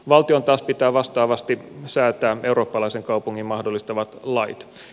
valtion taas pitää vastaavasti säätää eurooppalaisen kaupungin mahdollistavat lait